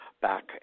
back